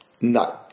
No